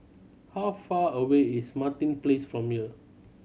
how far away is Martin Place from here